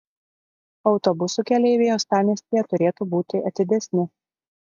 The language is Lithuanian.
autobusų keleiviai uostamiestyje turėtų būti atidesni